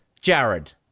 Jared